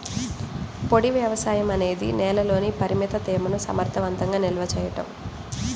పొడి వ్యవసాయం అనేది నేలలోని పరిమిత తేమను సమర్థవంతంగా నిల్వ చేయడం